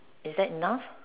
is that enough